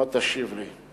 מה תשיב לי.